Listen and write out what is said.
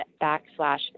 backslash